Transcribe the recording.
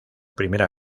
primera